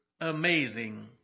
Amazing